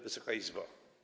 Wysoka Izbo!